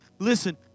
Listen